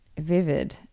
vivid